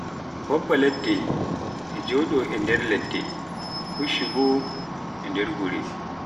Mbabba ladde e jooɗo e nder ladde, fushshu boo e nder wuro.